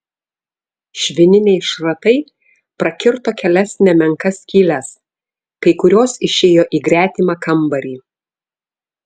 švininiai šratai prakirto kelias nemenkas skyles kai kurios išėjo į gretimą kambarį